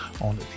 on